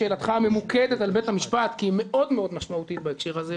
לשאלתך הממוקדת על בית המשפט כי היא מאוד-מאוד משמעותית בהקשר הזה.